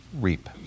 reap